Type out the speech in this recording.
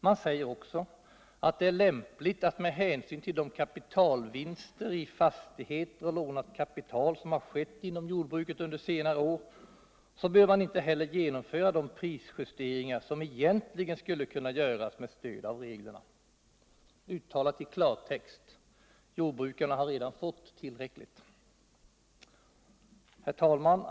Man säger vidare att det med hänsyn till de kapitalvinster i tastigheter och lånat kapital. som gjorts inom jordbruket under senare år. är olämpligt att genomföra de prisjusteringar som egentligen skulle kunna göras med stöd av reglerna. I klartext innebär det att jordbrukarna redan har fått tillräckligt. Herr talman!